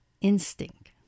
instinct